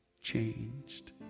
changed